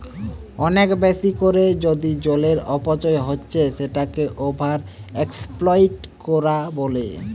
অনেক বেশি কোরে যদি জলের অপচয় হচ্ছে সেটাকে ওভার এক্সপ্লইট কোরা বলে